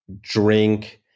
drink